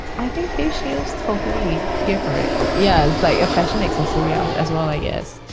i think face shield totally here for it. yeah, it's like a fashion accessory ah as well, i guess.